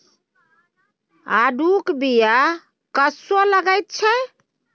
आड़ूक बीया कस्सो लगैत छै